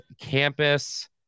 campus